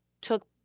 took